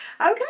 Okay